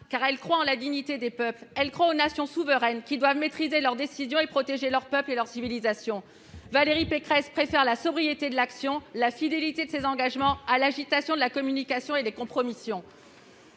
car elle croit en la dignité des peuples, elle croit aux nations souveraines, qui doivent maîtriser leurs décisions et protéger leur peuple et leur civilisation. Valérie Pécresse préfère la sobriété de l'action, la fidélité à ses engagements plutôt que l'agitation, la communication et les compromissions.